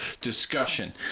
discussion